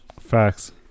Facts